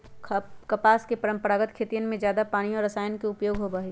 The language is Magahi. कपास के परंपरागत खेतियन में जादा पानी और रसायन के उपयोग होबा हई